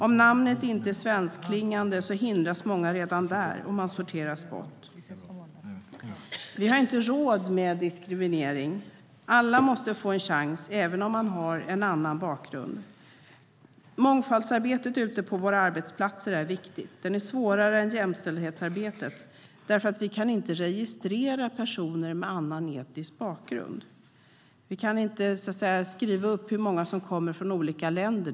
Om namnet inte är svensktklingande hindras många redan där, och de sorteras bort. Vi har inte råd med diskriminering. Alla måste få en chans, även om de har en annan bakgrund. Mångfaldsarbetet ute på våra arbetsplatser är viktigt. Det är svårare än jämställdhetsarbetet eftersom vi inte kan registrera personer med annan etnisk bakgrund. Vi kan inte skriva upp hur många som kommer från olika länder.